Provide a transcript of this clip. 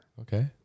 Okay